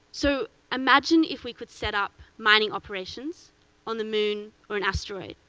so imagine if we could set up mining operations on the moon or an asteroid.